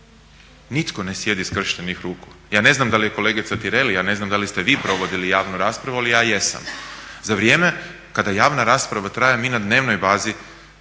nitko ne sjedi skrštenih ruku. Ja ne znam da li je kolegica Tireli, ja ne znam da li ste vi provodili javnu raspravu, ali ja jesam. Za vrijeme kada javna rasprava traje mi na dnevnoj bazi